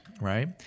right